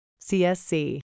CSC